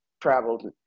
traveled